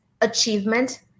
achievement